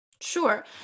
Sure